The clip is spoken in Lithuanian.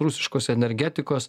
rusiškos energetikos